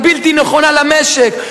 הבלתי נכונה למשק.